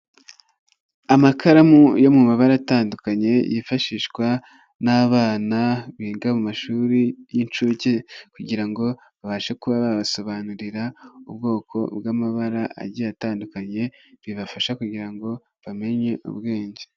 Amakaramu yo mu mabara atandukanye yifashishwa n'abana biga mu mashuri y'inshuke kugira ngo babashe kuba babasobanurira ubwoko bw'amabara agiye atandukanye bibafasha kugira ngo bamenye ubwenge.